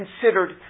considered